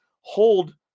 hold